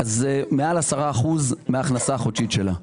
זה מעל 10% מההכנסה החודשית שלה.